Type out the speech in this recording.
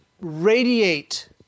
radiate